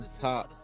top